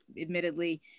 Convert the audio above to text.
admittedly